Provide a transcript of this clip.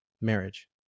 marriage